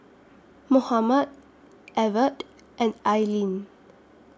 Mohamed Evert and Aylin